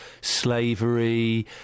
slavery